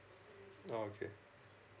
oh okay